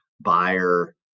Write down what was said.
buyer